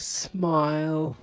smile